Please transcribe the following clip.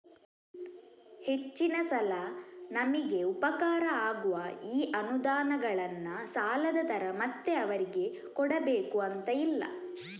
ಹೆಚ್ಚಿನ ಸಲ ನಮಿಗೆ ಉಪಕಾರ ಆಗುವ ಈ ಅನುದಾನಗಳನ್ನ ಸಾಲದ ತರ ಮತ್ತೆ ಅವರಿಗೆ ಕೊಡಬೇಕು ಅಂತ ಇಲ್ಲ